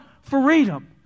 freedom